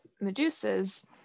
Medusa's